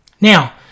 Now